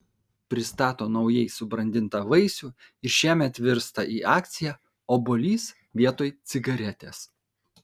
pristato naujai subrandintą vaisių ir šiemet virsta į akciją obuolys vietoj cigaretės